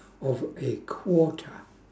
of a quarter